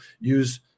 use